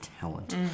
talent